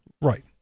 Right